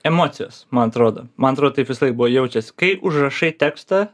emocijos man atrodo man atrodo taip visąlaik buvo jaučiasi kai užrašai tekstą